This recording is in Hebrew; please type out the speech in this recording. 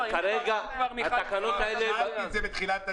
כרגע התקנות האלה --- אמרתי את זה בתחילת הדיון,